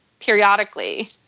periodically